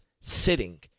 sitting